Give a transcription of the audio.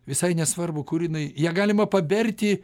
visai nesvarbu kur jinai ją galima paberti